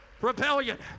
Rebellion